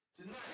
tonight